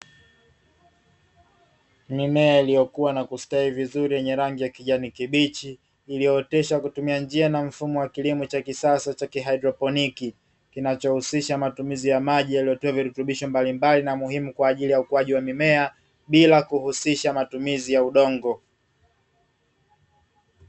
Mimea iliyokuwa na kustawi vizuri yenye rangi ya kijani kibichi, iliyooteshwa kutumia njia na mfumo wa kilimo cha kisasa cha kihaidroponi, kinachohusisha matumizi ya maji yaliyotiwa virutubisho mbalimbali na muhimu kwaajili ya ukuaji wa mimea bila kuhusisha matumizi ya udongo.